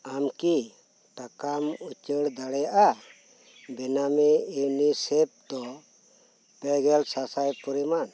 ᱟᱢᱠᱤ ᱴᱟᱠᱟᱢ ᱩᱪᱟᱹᱲ ᱫᱟᱲᱮᱭᱟᱜᱼᱟ ᱵᱮᱱᱟᱢᱤ ᱤᱭᱩᱱᱤᱥᱮᱯᱷ ᱫᱚ ᱯᱮ ᱜᱮᱞ ᱥᱟᱥᱟᱭ ᱯᱚᱨᱤᱢᱟᱱ